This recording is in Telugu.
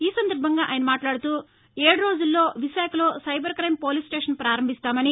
ఈ సందర్బంగా ఆయన మాట్లాడుతూ ఏదు రోజుల్లో విశాఖలో సైబర్ క్రెం పోలీస్ స్లేషన్ ప్రారంభిస్తామని